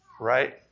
right